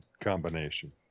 combination